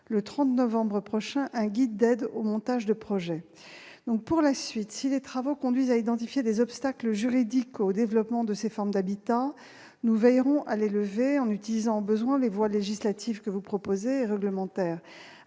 le 30 novembre prochain, un guide d'aide au montage de projets. Pour la suite, si les travaux conduisent à identifier des obstacles juridiques au développement de ces formes d'habitat, nous veillerons à les lever, en utilisant au besoin les voies législative- ce que vous proposez -et réglementaire.